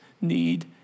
need